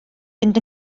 fynd